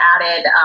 added